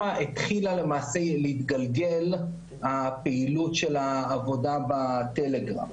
התחילה להתגלגל הפעילות של העבודה בטלגרם.